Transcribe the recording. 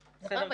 רחב,